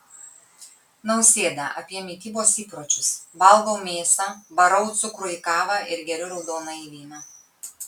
nausėda apie mitybos įpročius valgau mėsą varau cukrų į kavą ir geriu raudonąjį vyną